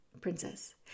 princess